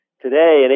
today